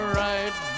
right